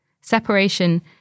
Separation